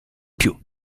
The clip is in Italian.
più